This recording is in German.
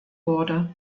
wurde